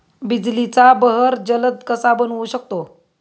बिजलीचा बहर जलद कसा बनवू शकतो?